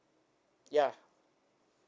ya